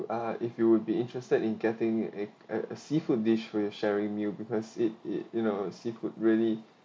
ah if you will be interested in getting a a seafood dish with sharing meal because it it you know seafood really